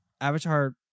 avatar